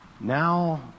Now